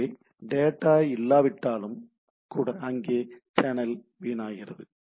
ஆகவே டேட்டா இல்லாவிட்டாலும் கூட அங்கே சேனல் வீணாகிறது